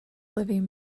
living